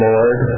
Lord